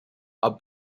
are